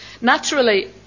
naturally